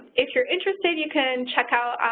if you're interested, you can check out,